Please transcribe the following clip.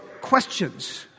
questions